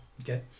Okay